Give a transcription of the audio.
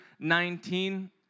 19